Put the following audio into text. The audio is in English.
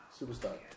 superstar